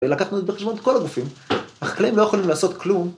‫ולקחנו את זה בחשבון את כל הגופים, ‫אך כליהם לא יכולים לעשות כלום.